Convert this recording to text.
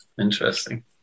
Interesting